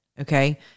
okay